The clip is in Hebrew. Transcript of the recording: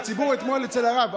והציבור, אתמול, אצל הרב.